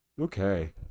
okay